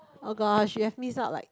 oh gosh you have missed out like